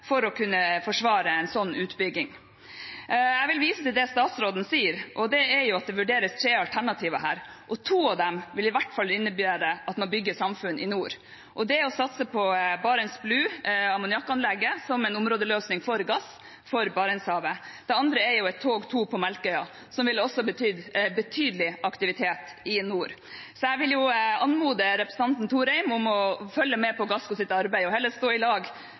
for å kunne forsvare en sånn utbygging. Jeg vil vise til det statsråden sier, og det er at det vurderes tre alternativer her, og to av dem vil i hvert fall innebære at man bygger samfunn i nord. Det ene er å satse på Barents Blue, ammoniakkanlegget, som en områdeløsning for gass for Barentshavet. Det andre er et «Tog 2» på Melkøya, som også ville betydd betydelig aktivitet i nord. Så jeg vil anmode representanten Thorheim om å følge med på Gassco sitt arbeid – og heller stå i lag